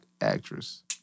actress